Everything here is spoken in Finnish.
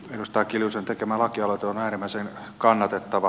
edustaja kiljusen tekemä lakialoite on äärimmäisen kannatettava